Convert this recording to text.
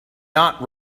not